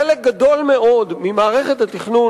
חלק גדול מאוד ממערכת התכנון,